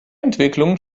entwicklungen